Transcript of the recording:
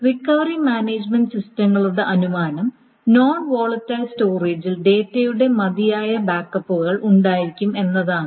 recovery management സിസ്റ്റങ്ങളുടെ അനുമാനം non volatile സ്റ്റോറേജിൽ ഡാറ്റയുടെ മതിയായ ബാക്കപ്പുകൾ ഉണ്ടായിരിക്കും എന്നതാണ്